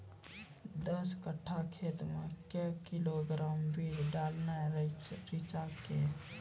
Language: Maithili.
दस कट्ठा खेत मे क्या किलोग्राम बीज डालने रिचा के?